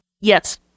Yes